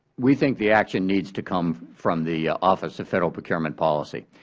we think the action needs to come from the office of federal procurement policy.